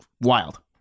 wild